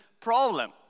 problem